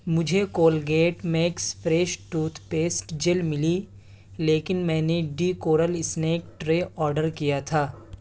مجھے Colgate Max Fresh toothpaste gel ملی لیکن میں نے D Corelle snack tray order کیا تھا